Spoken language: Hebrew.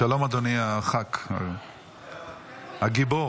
שלום, אדוני הח"כ, הגיבור.